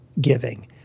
giving